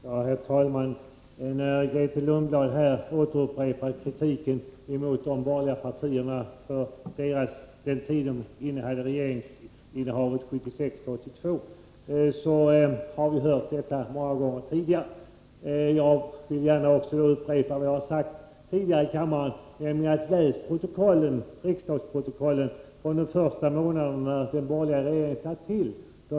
Herr talman! Grethe Lundblad upprepar kritiken mot de borgerliga partiernas regeringsinnehav 1976-1982 — vi har hört detta många gånger förut. Jag vill också gärna upprepa vad jag har sagt tidigare: Läs riksdagsprotokollen från de första månaderna sedan den borgerliga regeringen hade tillträtt.